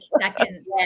second